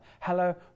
hello